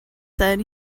said